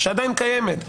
שעדיין קיימת,